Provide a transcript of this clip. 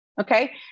Okay